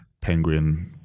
Penguin